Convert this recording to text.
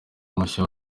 mashya